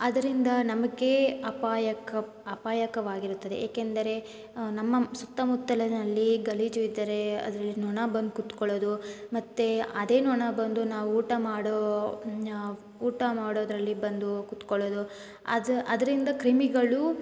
ಅದರಿಂದ ನಮಗೆ ಅಪಾಯಕರ ಅಪಾಯಕವಾಗಿರುತ್ತದೆ ಏಕೆಂದರೆ ನಮ್ಮ ಸುತ್ತಮುತ್ತಲಿನಲ್ಲಿ ಗಲೀಜು ಇದ್ದರೆ ಅದರಲ್ಲಿ ನೊಣ ಬಂದು ಕೂತ್ಕೊಳ್ಳೋದು ಮತ್ತು ಅದೇ ನೊಣ ಬಂದು ನಾವು ಊಟ ಮಾಡೋ ಊಟ ಮಾಡೋದರಲ್ಲಿ ಬಂದು ಕೂತ್ಕೊಳ್ಳೋದು ಅದು ಅದರಿಂದ ಕ್ರಿಮಿಗಳು